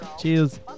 cheers